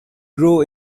grow